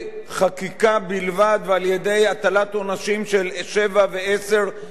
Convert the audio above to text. ועל-ידי הטלת עונשים של שבע ועשר ו-100 שנות מאסר.